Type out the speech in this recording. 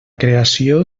creació